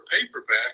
paperback